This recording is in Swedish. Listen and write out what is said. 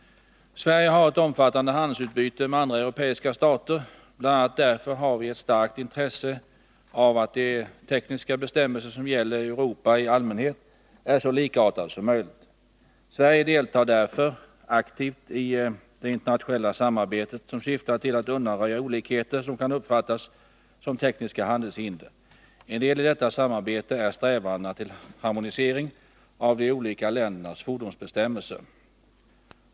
Sverige har ett omfattande handelsutbyte med andra europeiska stater. Bl. a. därför har vi ett starkt intresse av att de tekniska bestämmelser som gäller i Europa i allmänhet är så likartade som möjligt. Sverige deltar därför aktivt i det internationella samarbete som syftar till att undanröja olikheter som kan uppfattas som tekniska handelshinder. En del i detta samarbete är strävandena till harmonisering av de olika ländernas fordonsbestämmelser.